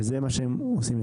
זה מה שהם עושים.